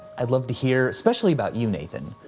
i'd love to hear especially about you, nathan.